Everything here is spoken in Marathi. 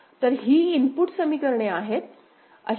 तर ही इनपुट समीकरणे आहेत